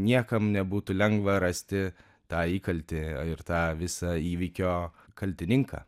niekam nebūtų lengva rasti tą įkaltį ir tą visą įvykio kaltininką